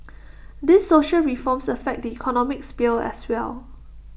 these social reforms affect the economic sphere as well